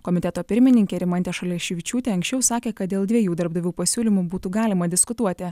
komiteto pirmininkė rimantė šalaševičiūtė anksčiau sakė kad dėl dviejų darbdavių pasiūlymų būtų galima diskutuoti